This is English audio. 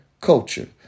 culture